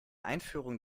einführung